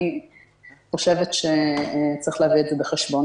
אני חושבת שצריך להביא את זה בחשבון.